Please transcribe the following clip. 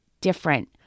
different